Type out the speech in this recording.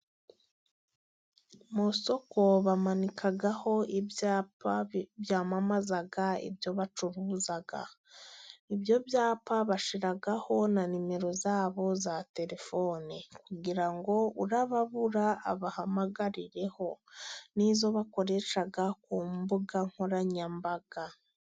Mu isoko bamanikaho ibyapa byamamaza ibyo bacuruza, ibyo byapa bashiraho na nimero zabo za telefoni, kugira ngo urababura abahamagarireho, n'izo bakoresha ku mbuga nkoranyambaga.